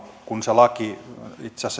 kun se laki itse